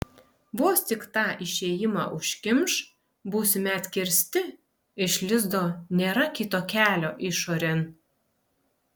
vos tik tą išėjimą užkimš būsime atkirsti iš lizdo nėra kito kelio išorėn